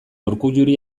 urkulluri